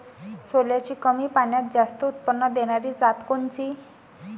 सोल्याची कमी पान्यात जास्त उत्पन्न देनारी जात कोनची?